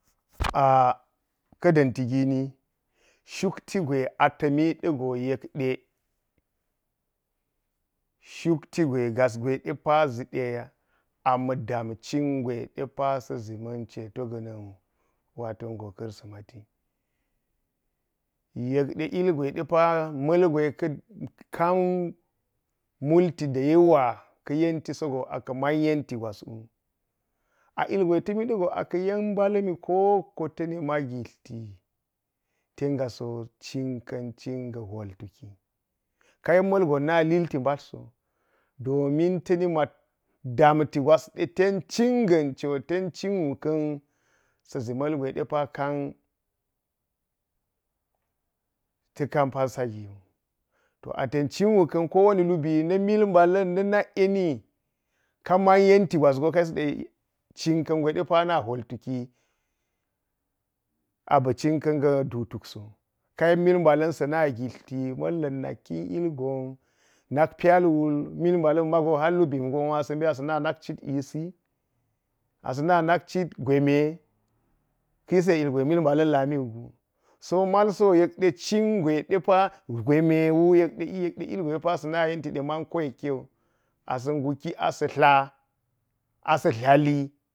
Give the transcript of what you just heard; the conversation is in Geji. ka̱ da̱nti gini shukti gwe a ta̱mi ɗa̱ go yekde-shukti gwe gasgwe pa ʒi de a ma̱ daam cin gwe de pa sa̱ ʒi ma̱n ceto ga̱na̱n wu, wato go kristimati. Yek de ilgwe de pa ma̱l gwe ka kan multi da yawa ka yanti sogo aka̱ ma̱n yenti gwan wu. A ilgwe ta̱miɗa go aka̱ yen mba̱la̱mi kowoko ta̱ na̱ma̱ gitlti. Ten gasi cinkan-cinga hwol tuki, ka yen ma̱lgon ta̱ naa litti mbotl so domin ta̱ na̱ma̱ daamti gwas ɗe te cin ga̱n cwo ten cin wu ka̱n sa ʒi ma̱lgwe ɗe pawe kan-ta̱ kan pansa gini. To aten cinwu ka̱n ko wani lubi na̱ mil mbala̱n na̱ nak ‘ene’ kaman yenti gwas go ka yisi ɗe cin ka̱n ɗepa na̱ma hwol tuki, a ba̱ cin ka̱n ga̱ ndum tule so. Ka yen mil mbala̱n sa̱ na̱ma gitlti ma̱lla̱n nakkin ilgon nak pyal wul mil mbala̱n mago- hwa lubi gonwo a sa̱ mbi asa̱ ma cit’i si, asa̱ naa nakcit gweme ka̱ yise ilgwe mil mbala̱n laami wu gu so malsi wo yek de cin-gwe de pa gweme wu yek de ilgwe de ga sa̱ na yenti wu mon koyekke wu, asa̱ nguski, asa̱tla, asadlali.